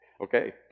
Okay